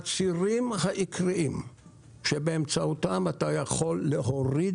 הצירים העיקריים שבאמצעותם אתה יכול להוריד